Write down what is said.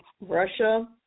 Russia